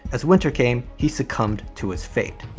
as winter came he succumbed to his fate.